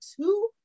two